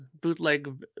bootleg